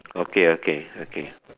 okay okay okay